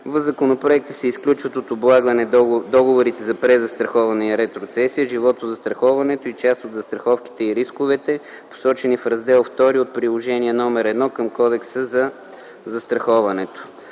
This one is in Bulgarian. В законопроекта се изключват от облагане договорите за презастраховане и ретроцесия, животозастраховането и част от застраховките и рисковете, посочени в Раздел ІІ от Приложение № 1 към Кодекса за застраховането.